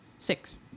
Six